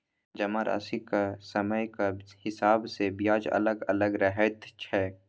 जमाराशिक समयक हिसाब सँ ब्याज अलग अलग रहैत छै